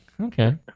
Okay